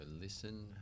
listen